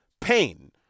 Pain